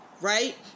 Right